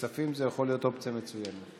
ועדת כספים יכולה להיות אופציה מצוינת.